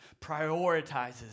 prioritizes